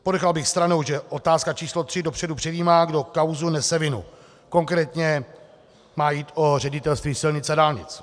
Ponechal bych stranou, že otázka číslo tři dopředu předjímá, kdo v kauze nese vinu konkrétně má jít o Ředitelství silnic a dálnic.